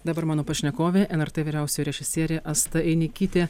dabar mano pašnekovė lrt vyriausioji režisierė asta einikytė